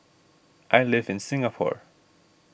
I live in Singapore